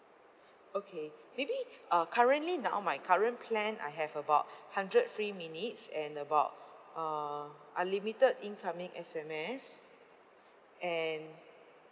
okay maybe uh currently now my current plan I have about hundred free minutes and about uh unlimited incoming S_M_S and